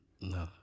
No